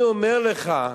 אני אומר לך,